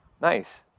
Nice